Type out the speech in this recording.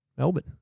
Melbourne